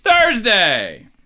Thursday